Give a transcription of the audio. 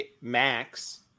Max